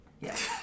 Yes